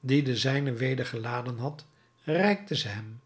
die de zijne weder geladen had reikte ze hem